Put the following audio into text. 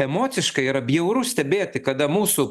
emociškai yra bjauru stebėti kada mūsų